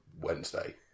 Wednesday